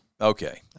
okay